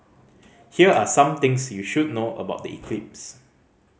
here are some things you should know about the eclipse